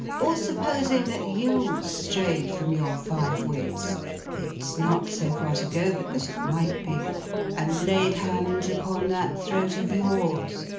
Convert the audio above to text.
or supposing that you strayed from your five wits it's not so far to go, but that it might be and laid hands upon that throat of yours,